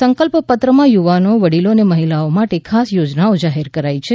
સંકલ્પપત્રમા યુવાનો વડીલો અને મહિલાઓ માટે ખાસ યોજનાઓ જાહેર કરાઇ છે